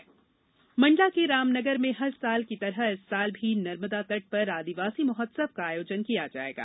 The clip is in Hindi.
आदिवासी महोत्सव मंडला के रामनगर में हर साल की तरह इस साल भी नर्मदा तट पर आदिवासी महोत्सव का आयोजन किया जाएगा